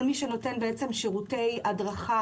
כל מי שנותן שירותי הדרכה,